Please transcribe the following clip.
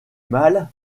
mal